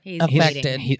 affected